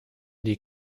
die